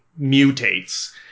mutates